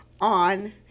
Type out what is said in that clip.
on